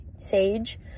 sage